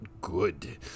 good